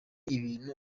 ibintu